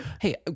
Hey